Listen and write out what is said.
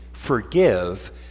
Forgive